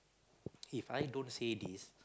If I don't say this